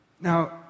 Now